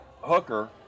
hooker